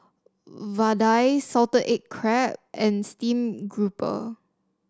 Vadai Salted Egg Crab and Steamed Grouper